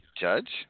Judge